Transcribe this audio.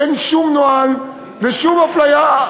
אין שום נוהל ושום אפליה.